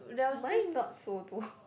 mine not so though